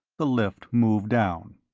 the lift moved down.